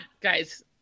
Guys